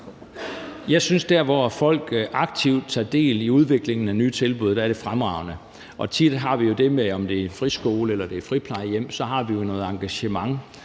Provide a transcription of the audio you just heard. Jeg synes, at der, hvor folk aktivt tager del i udviklingen af nye tilbud, er det fremragende. Om det er en friskole eller et friplejehjem, er der jo tit det